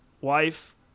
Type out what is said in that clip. wife